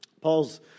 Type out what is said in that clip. Paul's